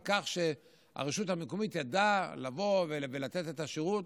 כך שהרשות המקומית ידעה לבוא ולתת את השירות.